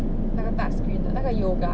那个 touch screen 的那个 yoga